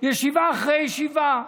ישיבה אחרי ישיבה,